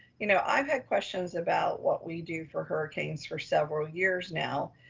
you know i've had questions about what we do for hurricanes for several years now,